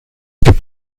gibt